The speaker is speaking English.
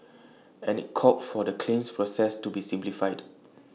and IT called for the claims process to be simplified